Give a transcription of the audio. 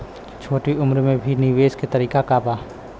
छोटी उम्र में भी निवेश के तरीका क बा?